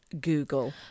Google